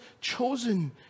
chosen